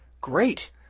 Great